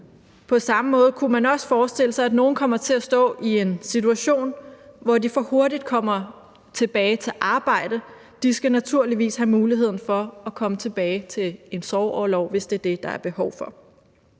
På samme måde kunne man også forestille sig, at nogle kommer til at stå i en situation, hvor de for hurtigt kommer tilbage til arbejde. De skal naturligvis have muligheden for at komme tilbage til en sorgorlov, hvis det er det, der er behov for.